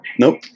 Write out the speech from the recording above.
Nope